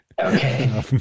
Okay